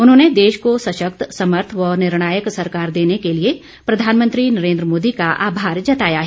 उन्होंने देश को सशक्त समर्थ व निर्णायक सरकार देने के लिए प्रधानमंत्री नरेंद्र मोदी का आभार जताया है